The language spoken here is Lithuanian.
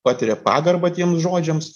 patiria pagarbą tiems žodžiams